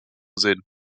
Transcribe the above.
sehen